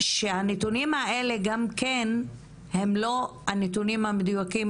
שהנתונים האלה גם כן הם לא הנתונים המדויקים